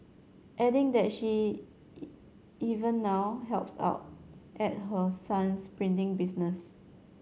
adding that she even now helps out at her son's printing business